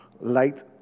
light